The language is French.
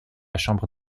chambre